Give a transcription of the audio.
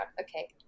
Okay